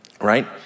right